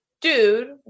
Dude